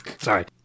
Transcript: Sorry